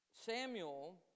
Samuel